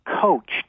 coached